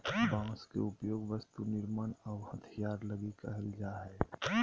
बांस के उपयोग वस्तु निर्मान आऊ हथियार लगी कईल जा हइ